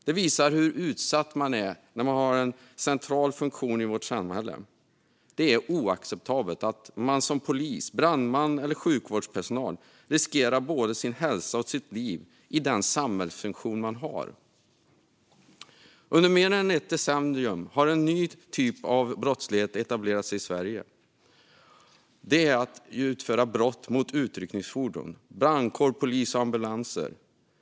Detta visar hur utsatt man är när man har en central funktion i vårt samhälle. Det är oacceptabelt att man som polis, brandman eller sjukvårdspersonal riskerar både sin hälsa och sitt liv i den samhällsfunktion man har. Under mer än ett decennium har en ny typ av brottslighet etablerat sig i Sverige. Det rör sig om brott mot utryckningsfordon som brandbilar, polisbilar och ambulanser.